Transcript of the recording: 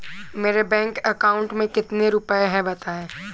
मेरे bank account में कितने रुपए हैं बताएँ?